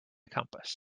compass